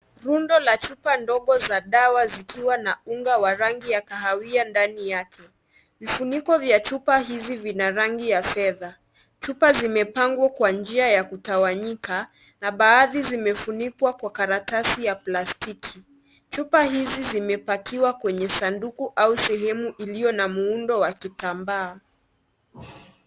Rundo la chupa ndogo za dawa zikiwa na unga ya rangi ya kahawia ndani yake. Vifuniko vya chupa hizi vina rangi ya fedha. Chupa zimepangwa kwa njia ya kutawanyika na baadhi zimefunikwa kwa karatasi ya plastiki. Chupa hizi zimepakiwa kwenye sanduku au sehemu iliyo na muundo wa kitambaa.